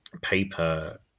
paper